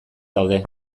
daude